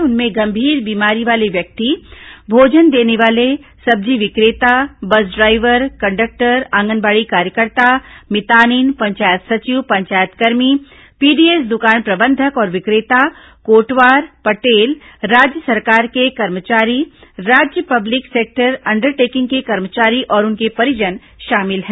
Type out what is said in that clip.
उनमें गंभीर बीमारी वाले व्यक्ति भोजन देने वाले सब्जी विक्रेता बस ड्राइवर कंडक्टर आंगनबाड़ी कार्यकर्ता मितानिन पंचायत सचिव पंचायतकर्मी पीडीएस दुकान प्रबंधक और विक्रेता कोटवार पटेल राज्य सरकार के कर्मचारी राज्य पब्लिक सेक्टर अंडर टेकिंग के कर्मचारी और उनके परिजन शामिल हैं